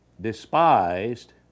despised